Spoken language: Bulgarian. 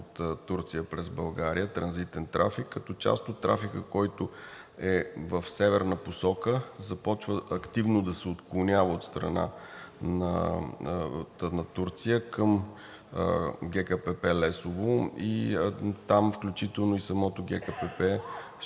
от Турция през България – транзитен трафик, като част от трафика, който е в северна посока, започва активно да се отклонява от страна на Турция към ГКПП Лесово и там, включително и самият ГКПП,